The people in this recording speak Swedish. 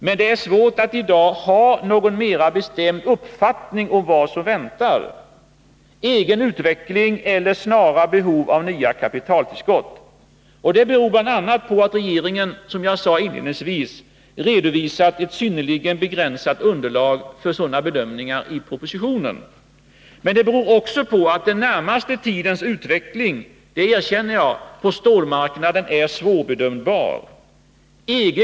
Men det är svårt att i dag ha någon mer bestämd uppfattning om vad som väntar: egen utveckling eller snara behov av nya kapitaltillskott. Det beror bl.a. på att regeringen, som jag sade inledningsvis, i propositionen redovisat ett synnerligen begränsat underlag för sådana bedömningar. Men det beror också på att den närmaste tidens utveckling på stålmarknaden är svårbedömbar — det erkänner jag.